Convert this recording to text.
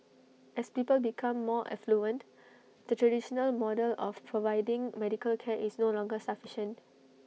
as people become more affluent the traditional model of providing medical care is no longer sufficient